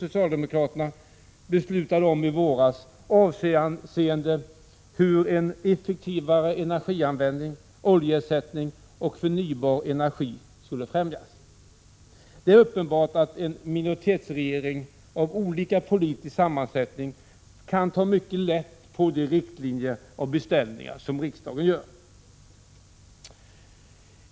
socialdemokraterna beslutade om i våras, avseende hur effektivare energianvändning, oljeersättning och förnybar energi skulle främjas. Det är uppenbart att minoritetsregeringar av olika politisk sammansättning kan ta mycket lätt på de riktlinjer och beställningar som riksdagen gör.